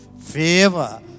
favor